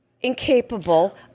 incapable